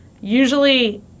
Usually